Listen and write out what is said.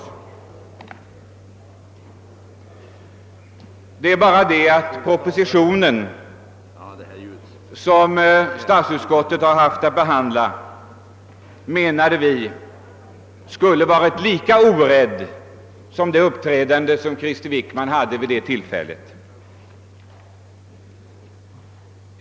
Enligt vår uppfattning borde den proposition, som statsutskottet har haft att behandla, ha varit lika orädd som statsrådet Wickman var vid det tillfället.